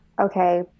okay